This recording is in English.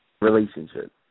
relationship